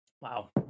Wow